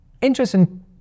Interesting